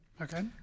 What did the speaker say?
Okay